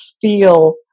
feel